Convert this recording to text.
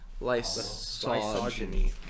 Lysogeny